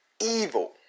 evil